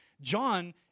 John